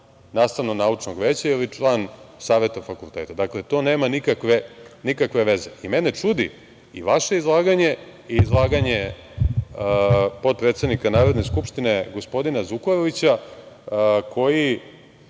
nastavno-naučnog veća ili član saveta fakulteta. Dakle, to nema nikakve veze. Mene čudi i vaše izlaganje i izlaganje potpredsednika Narodne skupštine, gospodina Zukorlića, koji